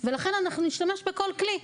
ולכן אנחנו נשתמש בכל כלי.